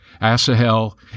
Asahel